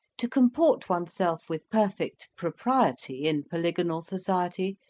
to comport oneself with perfect propriety in polygonal society,